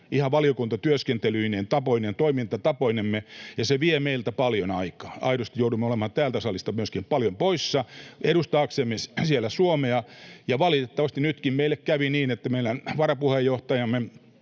ihan valiokuntatyöskentelyineen ja toimintatapoinemme, ja se vie meiltä paljon aikaa. Aidosti joudumme olemaan täältä salista myöskin paljon poissa edustaaksemme siellä Suomea, ja valitettavasti nytkin meille kävi niin, että meidän varapuheenjohtajamme